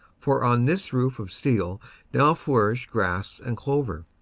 for on this roof of steel now flourish grass and clover,